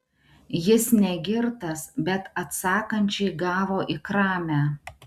jis ne girtas bet atsakančiai gavo į kramę